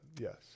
yes